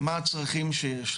מה הצרכים שיש.